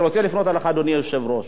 אני רוצה לפנות אליך, אדוני היושב-ראש.